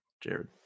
Jared